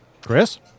Chris